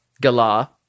Gala